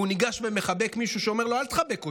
והוא ניגש ומחבק מישהו שאומר לו "אל תחבק אותי".